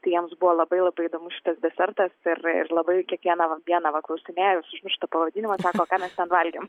tai jiems buvo labai labai įdomus šitas desertas ir ir labai kiekvieną va dieną va klausinėjo vis užmiršta pavadinimą sako ką mes ten valgėm